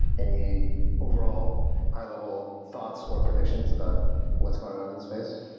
any overall higher level thoughts or predictions about what's going on in this phase?